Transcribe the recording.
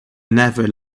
never